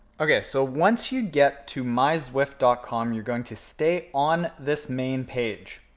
okay, so once you get to my zwift dot com, you're going to stay on this main page.